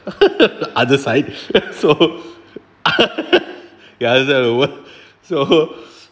other side so the other side or what so